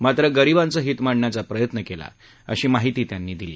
मात्र गरिबांचं हीत मांडण्याचा प्रयत्न केला अशी माहिती त्यांनी दिली